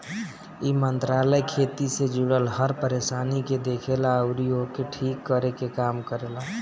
इ मंत्रालय खेती से जुड़ल हर परेशानी के देखेला अउरी ओके ठीक करे के काम करेला